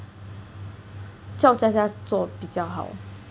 叫 Jia Jia 做比较好